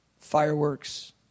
fireworks